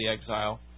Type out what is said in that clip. exile